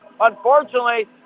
Unfortunately